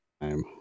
time